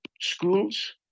schools